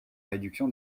réduction